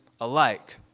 alike